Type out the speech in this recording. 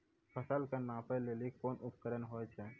फसल कऽ नापै लेली कोन उपकरण होय छै?